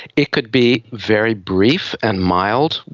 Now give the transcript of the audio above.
it could be very brief and mild,